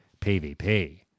PvP